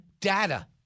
data